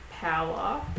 Power